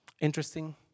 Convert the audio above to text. interesting